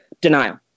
Denial